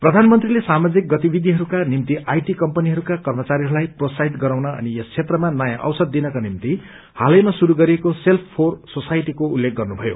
प्रधानमन्त्रीले सामाजिक गतिविधिहरूका निम्ति आईटी कम्पनीहरूका कर्मचारीहरूलाई प्रोत्साहित गराउन अनि यस क्षेत्रमा नयाँ अवसर दिनका निम्ति हालैमा शुरू गरिएको सेल्फ फोर सोसायटीको उल्लेख गर्नुभयो